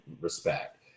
respect